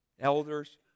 elders